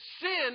Sin